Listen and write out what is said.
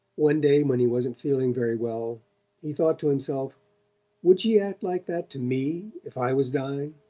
one day when he wasn't feeling very well he thought to himself would she act like that to me if i was dying